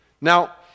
Now